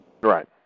Right